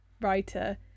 writer